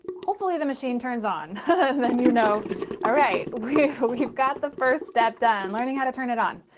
hopefully the machine turns on and then you know alright we've yeah but we've got the first step done learning how to turn it on.